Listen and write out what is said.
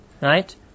right